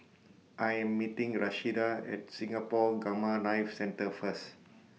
I Am meeting Rashida At Singapore Gamma Knife Centre First